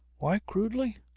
why crudely?